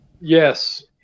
Yes